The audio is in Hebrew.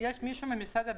של משרד הבריאות?